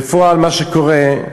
בפועל, מה שקורה,